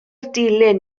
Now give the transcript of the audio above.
dilin